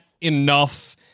enough